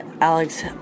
Alex